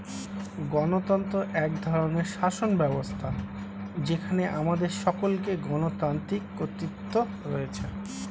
গণতন্ত্র এক ধরনের শাসনব্যবস্থা যেখানে আমাদের সকল গণতান্ত্রিক কর্তৃত্ব রয়েছে